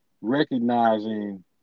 Recognizing